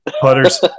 Putters